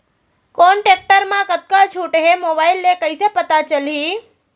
कोन टेकटर म कतका छूट हे, मोबाईल ले कइसे पता चलही?